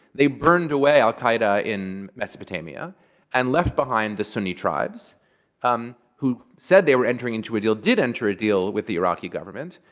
they burned away al qaeda in mesopotamia and left behind the sunni tribes um who said they were entering into a deal, did enter a deal with the iraqi government.